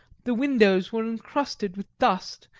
the windows were encrusted with dust,